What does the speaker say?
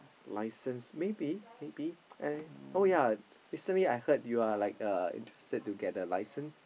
license maybe maybe eh oh yea recently I heard you are like a interested to get a license